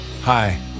Hi